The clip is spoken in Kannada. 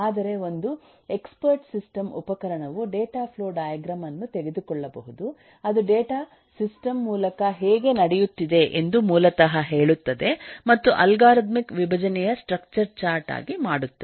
ಆದರೆ ಒಂದು ಎಕ್ಸ್ಪರ್ಟ್ ಸಿಸ್ಟಮ್ ಉಪಕರಣವು ಡೇಟಾ ಫ್ಲೋ ಡೈಗ್ರಾಮ್ ಅನ್ನು ತೆಗೆದುಕೊಳ್ಳಬಹುದು ಅದು ಡೇಟಾ ಸಿಸ್ಟಮ್ ಮೂಲಕ ಹೇಗೆ ನಡೆಯುತ್ತಿದೆ ಎಂದು ಮೂಲತಃ ಹೇಳುತ್ತದೆ ಮತ್ತು ಅಲ್ಗಾರಿದಮಿಕ್ ವಿಭಜನೆಯ ಸ್ಟ್ರಕ್ಚರ್ ಚಾರ್ಟ್ ಆಗಿ ಮಾಡುತ್ತದೆ